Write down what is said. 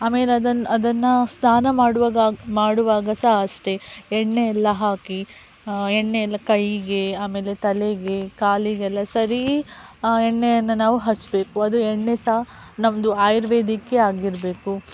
ಆಮೇಲೆ ಅದನ್ನ ಅದನ್ನು ಸ್ನಾನ ಮಾಡುವಾಗ ಮಾಡುವಾಗ ಸಹ ಅಷ್ಟೇ ಎಣ್ಣೆಯೆಲ್ಲ ಹಾಕಿ ಎಣ್ಣೆಯೆಲ್ಲ ಕೈಗೆ ಆಮೇಲೆ ತಲೆಗೆ ಕಾಲಿಗೆಲ್ಲ ಸರಿ ಎಣ್ಣೆಯನ್ನು ನಾವು ಹಚ್ಚಬೇಕು ಅದು ಎಣ್ಣೆ ಸಹ ನಮ್ಮದು ಆಯುರ್ವೇದಿಕ್ಕೆ ಆಗಿರಬೇಕು